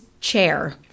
chair